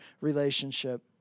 relationship